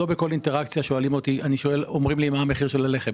לא בכל אינטראקציה אומרים לי מה המחיר של הלחם.